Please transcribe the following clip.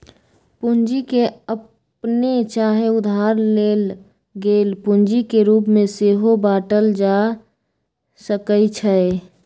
पूंजी के अप्पने चाहे उधार लेल गेल पूंजी के रूप में सेहो बाटल जा सकइ छइ